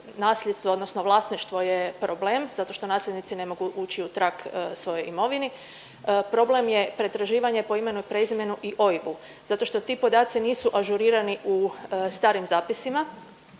nasljedstvo odnosno vlasništvo je problem zato što nasljednici ne mogu ući u trag svojoj imovini. Problem je pretraživanje po imenu i prezimenu i OIB-u zato što ti podaci nisu ažurirani u starim zapisima